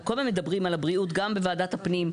כל הזמן מדברים על הבריאות, גם בוועדת הפנים.